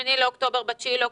ב-8 באוקטובר וב-9 באוקטובר.